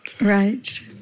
Right